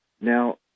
Now